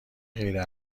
غیر